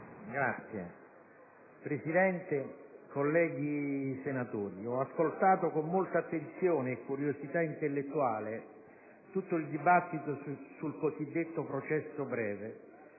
Signor Presidente, colleghi senatori, ho ascoltato con molta attenzione e curiosità intellettuale tutto il dibattito sul cosiddetto processo breve.